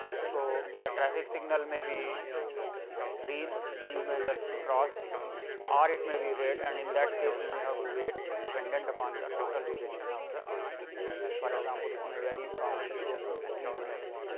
so ah the signal may be green. so, you may just cross or it may be red and in that case you may have to wait depended and upon the total duration of the signal. for example, it may vary from zero to three minutes.